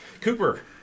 Cooper